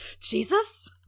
Jesus